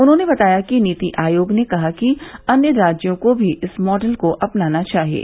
उन्होंने बताया कि नीति आयोग ने कहा है कि अन्य राज्यों को भी इस मॉडल को अपनाना चाहिये